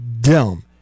dumb